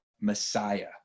messiah